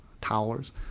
towers